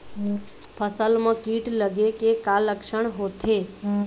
फसल म कीट लगे के का लक्षण होथे?